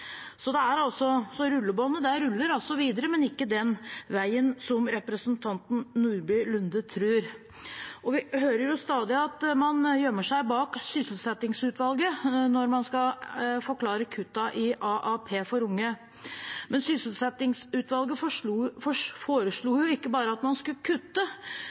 Rullebåndet ruller altså videre, men ikke den veien representanten Nordby Lunde tror. Vi hører stadig at man gjemmer seg bak Sysselsettingsutvalget når man skal forklare kuttene i AAP for unge, men Sysselsettingsutvalget foreslo ikke bare at man skulle kutte,